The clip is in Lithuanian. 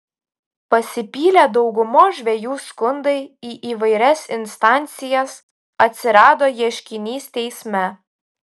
pasipylė daugumos žvejų skundai į įvairias instancijas atsirado ieškinys teisme